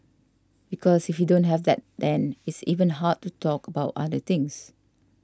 because if you don't have that then it's even hard to talk about other things